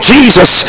Jesus